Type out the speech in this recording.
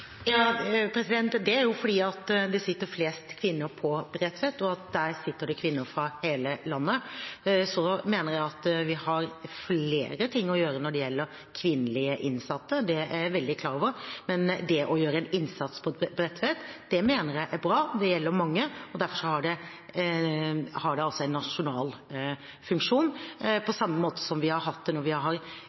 Det er jo fordi det sitter flest kvinner på Bredtveit, og at der sitter det kvinner fra hele landet. Så mener jeg at vi har flere ting å gjøre når det gjelder kvinnelige innsatte, det er jeg veldig klar over, men det å gjøre en innsats på Bredtveit mener jeg er bra, og det gjelder mange. Derfor har det altså en nasjonal funksjon, på samme måte som det har hatt det når vi